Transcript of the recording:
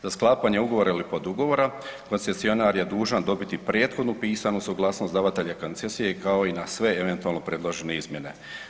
Za sklapanje ugovora ili podugovora koncesionar je dužan dobiti prethodnu pisanu suglasnost davatelja koncesije kao i na sve eventualno predložene izmjene.